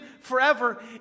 forever